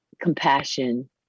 compassion